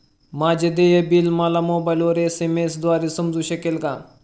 माझे देय बिल मला मोबाइलवर एस.एम.एस द्वारे समजू शकेल का?